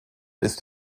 ist